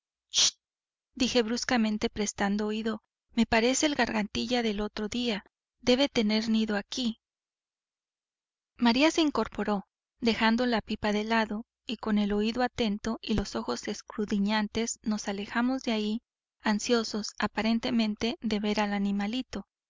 dije bruscamente prestando oído me parece el gargantilla del otro día debe de tener nido aquí maría se incorporó dejando la pipa de lado y con el oído atento y los ojos escrudiñantes nos alejamos de allí ansiosos aparentemente de ver al animalito